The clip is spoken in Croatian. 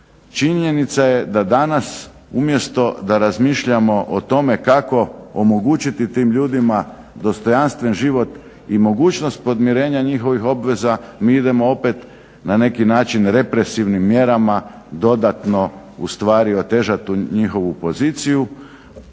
činjenica je da danas umjesto da razmišljamo o tome kako omogućiti tim ljudima dostojanstven život i mogućnost podmirenja njihovih obveza mi idemo opet na neki način represivnim mjerama dodatno u stvari otežati tu njihovu poziciju